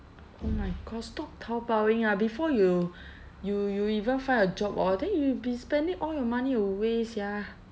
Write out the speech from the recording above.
oh my god stop Taobaoing ah before you you you even find a job hor then you'll be spending all your money away sia